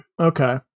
Okay